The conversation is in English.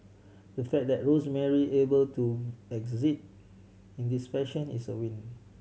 the fact that Rosemary able to exit in this fashion is a win